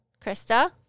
Krista